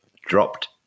dropped